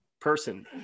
person